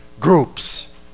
Groups